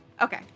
Okay